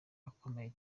akomeye